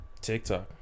TikTok